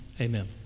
amen